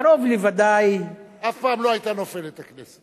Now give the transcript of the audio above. קרוב לוודאי, אף פעם לא היתה נופלת הכנסת.